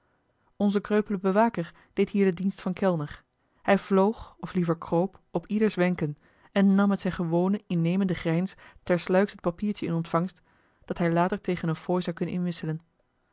onze kreupele bewaker deed hier den dienst van kellner hij vloog of liever kroop op ieders wenken en nam met zijn gewonen innemenden grijns tersluiks het papiertje in ontvangt dat hij later tegen eene fooi zou kunnen inwisselen